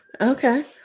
Okay